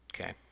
Okay